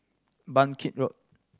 Bangkit Road